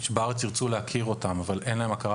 שירצו להכיר בהם בארץ אבל אין להם הכרה